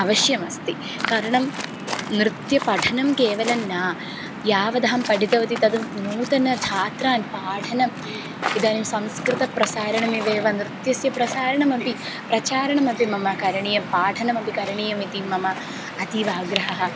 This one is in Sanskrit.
अवश्यम् अस्ति करणं नृत्यपठनं केवलं न यावदहं पठितवती तद् नूतनछात्रान् पाठनम् इदानीं संस्कृतप्रसारणमिवैव नृत्यस्य प्रसारणमपि प्रचारणमपि मम करणीयं पाठनमपि करणीयमिति मम अतीव आग्रहः